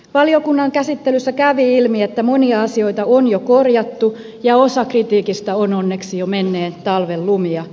valiokunnan käsittelyssä kävi ilmi että monia asioita on jo korjattu ja osa kritiikistä on onneksi jo menneen talven lumia